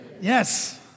Yes